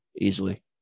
easily